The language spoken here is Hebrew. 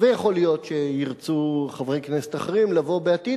ויכול להיות שירצו חברי כנסת אחרים לבוא בעתיד